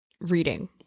reading